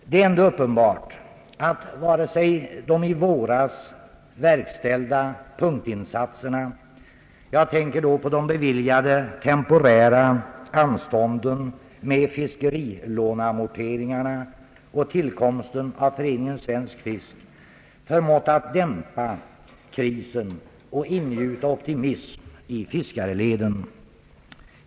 Det är uppenbart att de i våras verkställda punktinsatserna — jag tänker då på de beviljade temporära anstånden med fiskerilåneamorteringarna och tillkomsten av Föreningen Svensk fisk — inte förmått dämpa krisen och ingjuta optimism i fiskareleden.